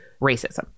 racism